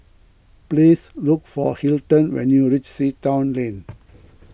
please look for Hilton when you reach Sea Town Lane